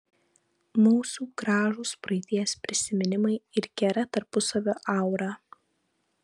mūsų gražūs praeities prisiminimai ir gera tarpusavio aura